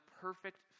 perfect